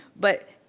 but